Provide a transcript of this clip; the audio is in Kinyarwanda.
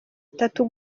itatu